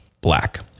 black